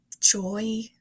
joy